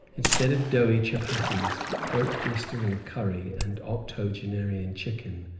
instead of doughy chuppatties, throat-blistering curry, and octogenarian chicken,